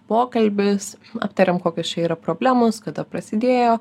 pokalbis aptariam kokios čia yra problemos kada prasidėjo